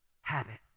habit